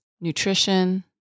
nutrition